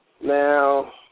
Now